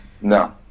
no